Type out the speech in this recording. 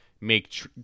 make